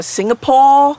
Singapore